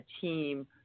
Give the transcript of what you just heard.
team